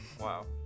Wow